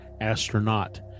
astronaut